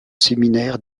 séminaire